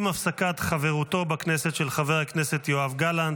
עם הפסקת חברותו בכנסת של חבר הכנסת יואב גלנט,